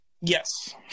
Yes